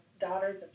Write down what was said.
daughters